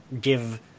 give